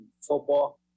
football